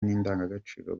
n’indangagaciro